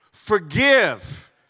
Forgive